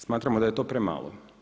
Smatramo da je to premalo.